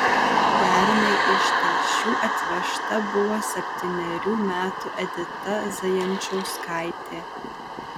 pernai iš telšių atvežta buvo septynerių metų edita zajančauskaitė